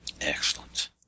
Excellent